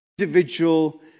individual